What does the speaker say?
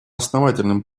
основательным